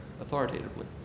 authoritatively